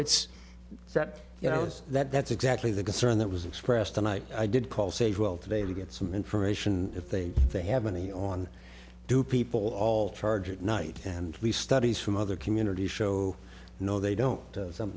that you know that that's exactly the concern that was expressed tonight i did call say well today to get some information if they they have any on do people all charge at night and the studies from other communities show no they don't